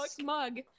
smug